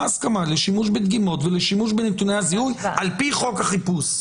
הסכמה לשימוש בדגימות ולשימוש בנתוני הזיהוי על-פי חוק החיפוש.